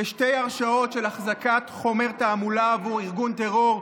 בשתי הרשעות של החזקת חומר תעמולה בעבור ארגון טרור,